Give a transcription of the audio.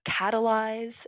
catalyze